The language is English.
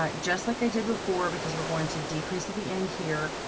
um just like i did before, because we're going to decrease at the end here.